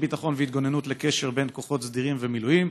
ביטחון והתגוננות לקשר בין כוחות סדירים ומילואים